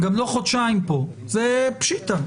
גם לא חודשיים פה, זה פשיטא.